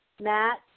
Matt